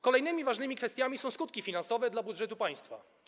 Kolejnymi ważnymi kwestiami są skutki finansowe dla budżetu państwa.